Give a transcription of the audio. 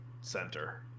center